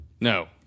No